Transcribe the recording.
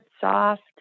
Soft